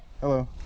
Hello